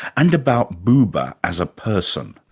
and about buber as a person.